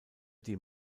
die